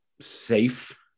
safe